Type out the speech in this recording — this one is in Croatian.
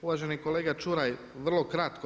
Uvaženi kolega Čuraj, vrlo kratko.